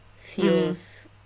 feels